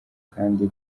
kandi